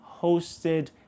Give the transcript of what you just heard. hosted